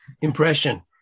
impression